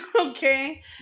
okay